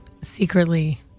secretly